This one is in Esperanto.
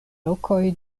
lokoj